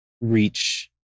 reach